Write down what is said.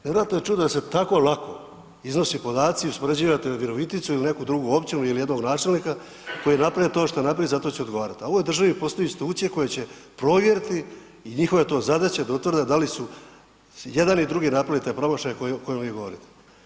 Nevjerojatno je čut da se tako lako iznose podaci i uspoređivate Viroviticu il neku drugu općinu il jednog načelnika koji je napravio to što je napravio i za to će odgovarati, a u ovoj državi postoje institucije koje će provjeriti i njihova je to zadaća da utvrde da li jedan i drugi napravili te promašaje o kojima vi govorite.